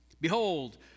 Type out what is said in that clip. Behold